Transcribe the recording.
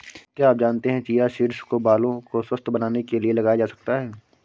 क्या आप जानते है चिया सीड्स को बालों को स्वस्थ्य बनाने के लिए लगाया जा सकता है?